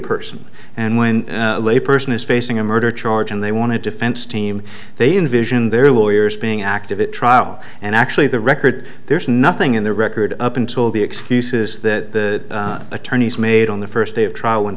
person and when a person is facing a murder charge and they want to defense team they envision their lawyers being active at trial and actually the record there's nothing in the record up until the excuses that attorneys made on the first day of trial when